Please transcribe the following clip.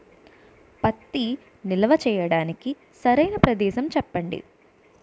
పత్తి నిల్వ చేయటానికి సరైన ప్రదేశం చెప్పండి?